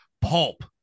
pulp